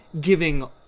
giving